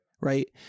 right